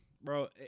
bro